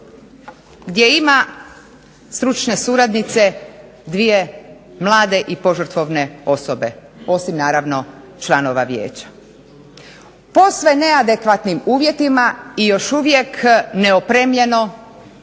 gdje ima stručne suradnice, dvije mlade i požrtvovne osobe, osim naravno članova Vijeća. Posve neadekvatnim uvjetima i još uvijek neopremljeno